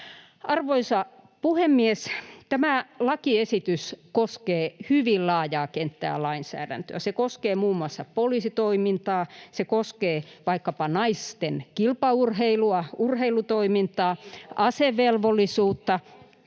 Arvoisa puhemies! Tämä lakiesitys koskee hyvin laajaa kenttää lainsäädäntöä. Se koskee muun muassa poliisitoimintaa, se koskee vaikkapa naisten kilpaurheilua, urheilutoimintaa, [Eduskunnasta: